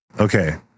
Okay